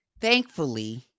Thankfully